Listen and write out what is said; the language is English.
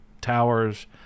towers